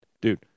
dude